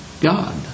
God